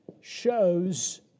shows